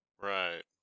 right